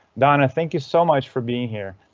donna, thank you so much for being here.